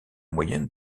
moyenne